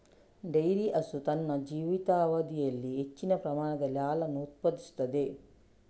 dairy ಹಸು ತನ್ನ ಜೀವಿತಾವಧಿಯಲ್ಲಿ ಹೆಚ್ಚಿನ ಪ್ರಮಾಣದಲ್ಲಿ ಹಾಲನ್ನು ಉತ್ಪಾದಿಸುತ್ತದೆ